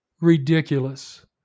ridiculous